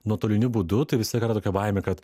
nuotoliniu būdu tai vis tiek yra tokia baimė kad